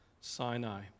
Sinai